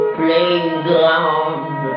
playground